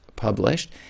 published